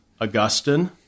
Augustine